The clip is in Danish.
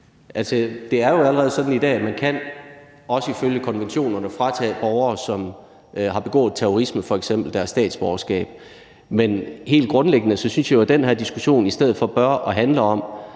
det er jo allerede sådan i dag, at man kan, også ifølge konventionerne, fratage borgere, som har begået f.eks. terrorisme, deres statsborgerskab. Men helt grundlæggende synes jeg jo, at den her diskussion i stedet for bør handle om